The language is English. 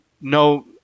no